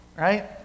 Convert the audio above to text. Right